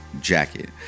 jacket